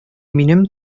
минем